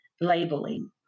labeling